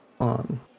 on